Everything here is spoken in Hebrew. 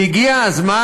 והגיע הזמן,